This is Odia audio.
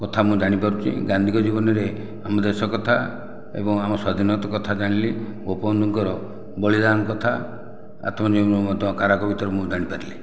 କଥା ମୁଁ ଜାଣିପାରୁଛି ଗାନ୍ଧୀଙ୍କ ଜୀବନରେ ଆମ ଦେଶ କଥା ଏବଂ ଆମ ସ୍ୱାଧୀନତା କଥା ଜାଣିଲି ଗୋପବନ୍ଧୁଙ୍କର ବଳିଦାନ କଥା ଆତ୍ମଜୀବନୀ ମଧ୍ୟ କାରା କବିତାରୁ ମୁଁ ଜାଣିପାରିଲି